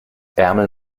ärmel